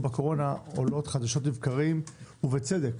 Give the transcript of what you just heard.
בקורונה עולות חדשות לבקרים לא מעט ובצדק,